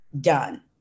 done